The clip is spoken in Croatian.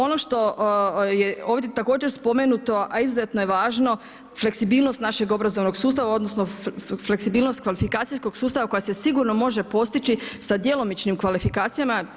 Ono što je ovdje također spomenuto a izuzetno je važno, fleksibilnost našeg obrazovnog sustava odnosno fleksibilnost kvalifikacijskog sustava koje se sigurno može postići sa djelomičnim kvalifikacijama.